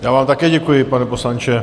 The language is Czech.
Já vám také děkuji, pane poslanče.